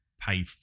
pay